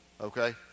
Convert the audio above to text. Okay